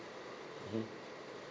mmhmm